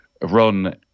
run